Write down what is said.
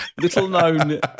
little-known